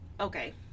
okay